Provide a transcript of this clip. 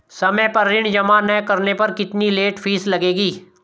समय पर ऋण जमा न करने पर कितनी लेट फीस लगेगी?